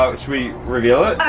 ah should we reveal it?